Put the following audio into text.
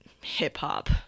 hip-hop